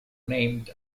named